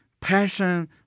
passion